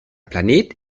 planet